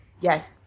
Yes